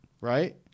right